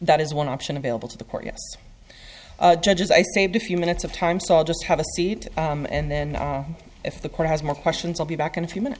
that is one option available to the court yes judges i saved a few minutes of time so i'll just have a seat and then if the court has more questions i'll be back in a few minutes